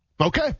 Okay